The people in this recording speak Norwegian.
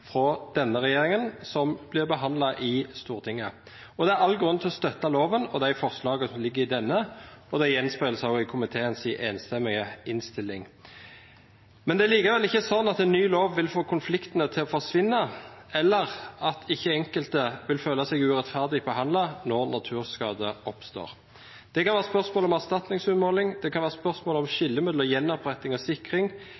fra denne regjeringen som blir behandlet i Stortinget. Det er all grunn til å støtte loven og de forslagene som ligger i denne – og det gjenspeiler seg også i komiteens enstemmige innstilling. Det er likevel ikke slik at en ny lov vil få konfliktene til å forsvinne, eller at ikke enkelte vil føle seg urettferdig behandlet når naturskade oppstår. Det kan være spørsmål om